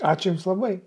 ačiū jums labai